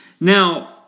Now